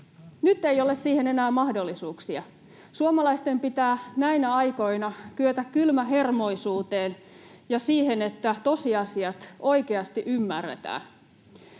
nyt ei ole siihen enää mahdollisuuksia. Suomalaisten pitää näinä aikoina kyetä kylmähermoisuuteen ja siihen, että tosiasiat oikeasti ymmärretään.